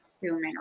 human